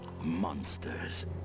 monsters